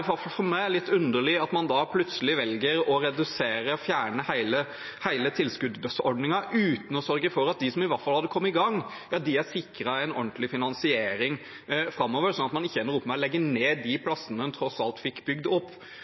for meg at man plutselig velger å redusere, fjerne hele tilskuddsordningen uten å sørge for at i hvert fall de som hadde kommet i gang, er sikret en ordentlig finansiering framover, slik at de ikke ender opp med å legge ned de plassene de tross alt fikk bygd opp.